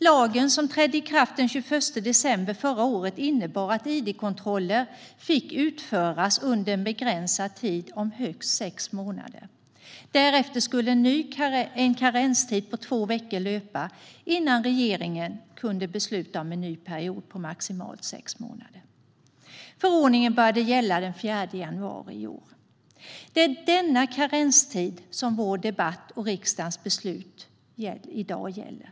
Lagen som trädde i kraft den 21 december förra året innebar att id-kontroller fick utföras under en begränsad tid om högst sex månader. Därefter skulle en karenstid på två veckor löpa innan regeringen kunde besluta om en ny period på maximalt sex månader. Förordningen började gälla den 4 januari i år. Det är denna karenstid som vår debatt och riksdagens beslut i dag gäller.